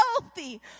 healthy